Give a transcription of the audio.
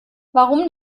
warum